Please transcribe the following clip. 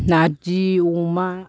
नार्जि अमा